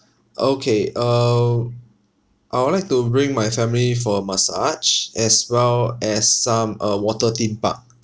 okay uh I would like to bring my family for a massage as well as some uh water theme park